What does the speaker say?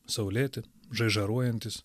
saulėti žaižaruojantys